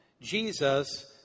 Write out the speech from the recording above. Jesus